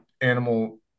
animal